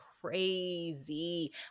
crazy